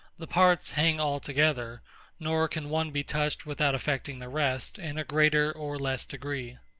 the parts hang all together nor can one be touched without affecting the rest, in a greater or less degree.